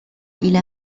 إلى